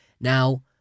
Now